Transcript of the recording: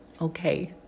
Okay